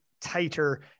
tighter